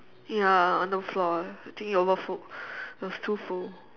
ya on the floor I think it overflowed it was too full